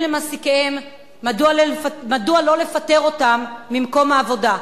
למעסיקיהם מדוע לא לפטר אותם ממקום העבודה.